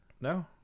no